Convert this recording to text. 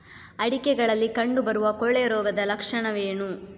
ಅಡಿಕೆಗಳಲ್ಲಿ ಕಂಡುಬರುವ ಕೊಳೆ ರೋಗದ ಲಕ್ಷಣವೇನು?